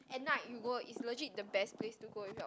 at night you go is legit the best place to go with your